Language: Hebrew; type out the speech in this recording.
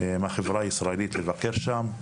מהחברה הישראלית לבקר שם.